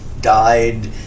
died